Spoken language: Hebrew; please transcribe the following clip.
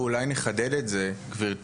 ואולי נחדד את זה גבירתי,